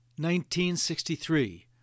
1963